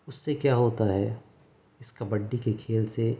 اس سے کیا ہوتا ہے اس کبڈی کے کھیل سے